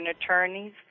Attorneys